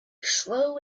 slow